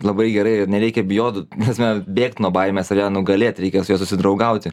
labai gerai jo nereikia bijot ta prasme bėgt nuo baimės ar ją nugalėt reikia su juo susidraugauti